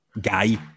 guy